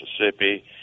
Mississippi